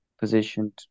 positioned